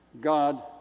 God